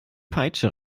peitsche